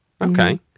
Okay